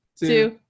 Two